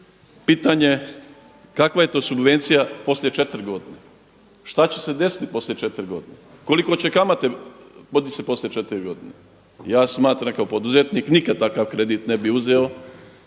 pitanje kakva je to subvencija poslije 4 godine. Šta će se desiti poslije 4 godine? Koliko će kamate podići se poslije 4 godine? Ja smatram kao poduzetnik, nikada takav kredit ne bih uzeo,